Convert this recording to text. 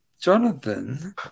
Jonathan